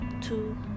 two